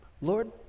Lord